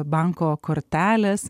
banko kortelės